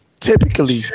typically